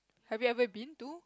have you ever been to